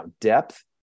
Depth